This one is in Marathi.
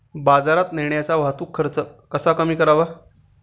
बाजारात नेण्याचा वाहतूक खर्च कसा कमी करावा?